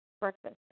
breakfast